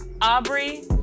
Aubrey